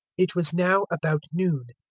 it was now about noon,